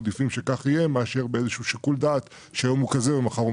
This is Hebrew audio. אנחנו מעדיפים שכך יהיה מאשר באיזה שיקול דעת שהיום הוא כזה ומחר הוא